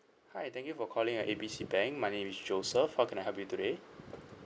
hi thank you for calling uh A B C bank my name is joseph how can I help you today